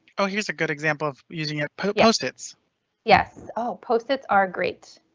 so here's a good example of using it put post its yes ah post its are great.